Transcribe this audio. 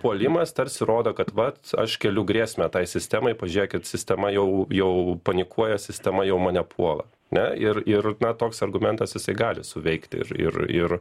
puolimas tarsi rodo kad vat aš keliu grėsmę tai sistemai pažiūrėkit sistema jau jau panikuoja sistema jau mane puola ne ir ir na toks argumentas jisai gali suveikti ir ir ir